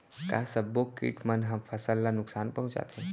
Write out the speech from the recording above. का सब्बो किट मन ह फसल ला नुकसान पहुंचाथे?